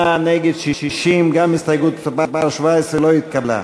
בעד, 58, נגד, 60. גם הסתייגות מס' 17 לא התקבלה.